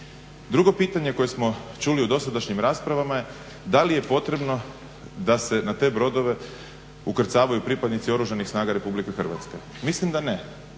Drugo pitanje koje smo čuli u dosadašnjim raspravama je da li je potrebno da se na te brodove ukrcavaju pripadnici Oružanih snaga RH? Mislim da ne.